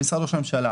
עם משרד ראש הממשלה,